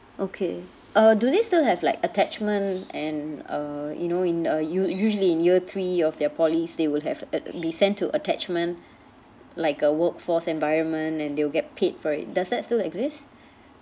okay uh do they still have like attachment and uh you know in uh u~ usually in year three of their polys they will have uh be sent to attachment like a workforce environment and they will get paid for it does that still exist